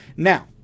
Now